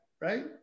right